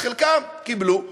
אז חלקם קיבלו,